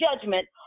judgment